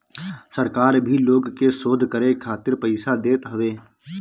सरकार भी लोग के शोध करे खातिर पईसा देत हवे